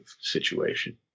situation